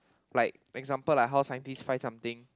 like example like how scientist find something